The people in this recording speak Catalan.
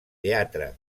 teatre